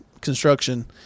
construction